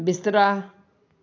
ਬਿਸਤਰਾ